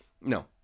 no